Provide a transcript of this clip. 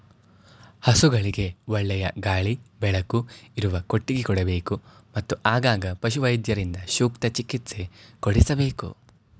ಹಸುಗಳಿಗೆ ಒಳ್ಳೆಯ ಗಾಳಿ ಬೆಳಕು ಇರುವ ಕೊಟ್ಟಿಗೆ ಕಟ್ಟಬೇಕು, ಮತ್ತು ಆಗಾಗ ಪಶುವೈದ್ಯರಿಂದ ಸೂಕ್ತ ಚಿಕಿತ್ಸೆ ಕೊಡಿಸಬೇಕು